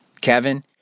Kevin